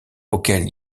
auquel